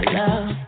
love